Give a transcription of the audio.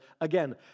again